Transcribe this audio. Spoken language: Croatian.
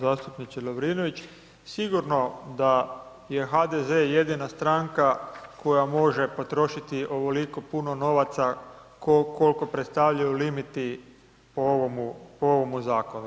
Zastupniče Lovrinović, sigurno da je HDZ jedina stranka koja može potrošiti ovoliko puno novaca koliko predstavljaju limiti po ovomu zakonu.